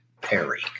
Perry